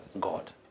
God